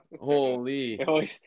Holy